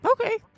Okay